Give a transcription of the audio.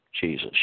Jesus